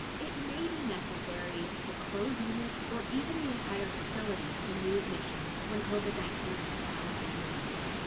it may be necessary to close units or even the entire facility to new admissions when covid nineteen is found in your building.